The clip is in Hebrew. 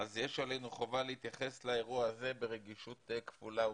יש עלינו חובה להתייחס לאירוע הזה ברגישות כפולה ומכופלת.